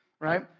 right